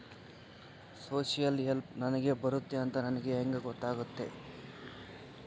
Social help ನನಗೆ ಬರುತ್ತೆ ಅಂತ ನನಗೆ ಹೆಂಗ ಗೊತ್ತಾಗುತ್ತೆ?